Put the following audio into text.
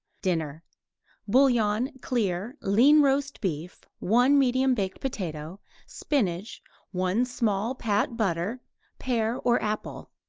dinner bouillon, clear lean roast beef one medium baked potato spinach one small pat butter pear or apple.